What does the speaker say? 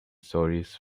stories